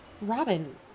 Robin